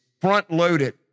front-loaded